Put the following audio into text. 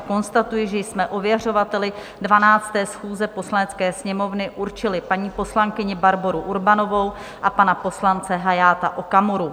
Konstatuji, že jsme ověřovateli 12. schůze Poslanecké sněmovny určili paní poslankyni Barboru Urbanovou a pana poslance Hayata Okamuru.